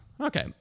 okay